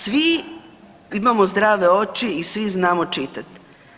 Svi imamo zdrave oči i svi znamo čitati.